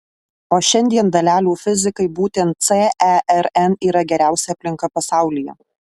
o šiandien dalelių fizikai būtent cern yra geriausia aplinka pasaulyje